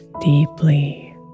deeply